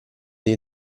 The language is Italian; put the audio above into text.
dei